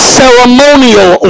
ceremonial